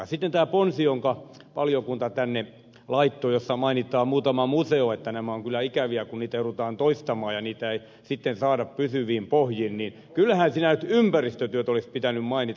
sitten on tämä ponsi jonka valiokunta tänne laittoi ja jossa mainitaan muutama museo ja se että on ikävää kun niitä joudutaan toistamaan ja niitä ei saada pysyviin pohjiin mutta kyllähän siellä ympäristötyöt olisi pitänyt mainita